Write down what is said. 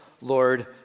Lord